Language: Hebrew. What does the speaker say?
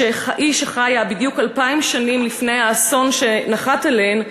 שחיה בדיוק 2,000 שנים לפני האסון שנחת עליהן,